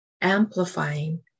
amplifying